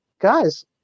guys